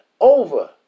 over